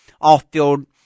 off-field